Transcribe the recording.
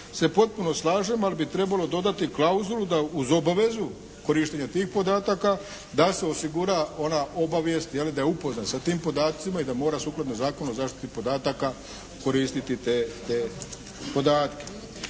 se potpuno slažem, ali bi trebalo dodati klauzulu da uz obavezu korištenja tih podataka, da se osigura ona obavijest da je upoznat sa tim podacima i da mora sukladno Zakonu o zaštiti podataka koristiti te podatke.